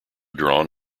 drawn